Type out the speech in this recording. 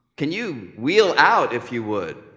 can you wheel out, if you would,